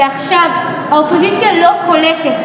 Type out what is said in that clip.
ועכשיו האופוזיציה לא קולטת.